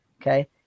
okay